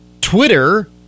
Twitter